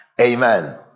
amen